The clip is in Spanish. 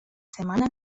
semana